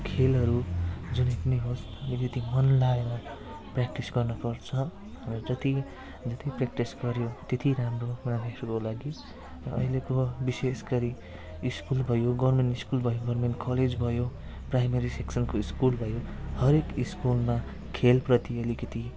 खेलहरू जुनै पनि होस् अलिकति मन लगाएर प्र्याक्टिस गर्नुपर्छ र जति जति प्र्याक्टिस गर्यो त्यति राम्रो हो मानिसहरूको लागि र अहिलेको विशेष गरी स्कुल भयो गभर्मेन्ट स्कुल भयो गभर्मेन्ट कलेज भयो प्राइमरी सेक्सनको स्कुल भयो हरेक स्कुलमा खेलप्रति अलिकति